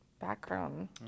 background